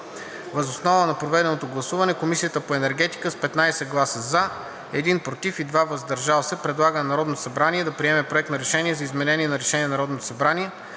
Въз основа на проведеното гласуване Комисията по енергетика с 15 гласа „за“, 1 „против“ и 2 „въздържал се“ предлага на Народното събрание да приеме Проект на решение за изменение на Решение на